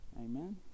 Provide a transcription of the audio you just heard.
Amen